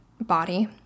body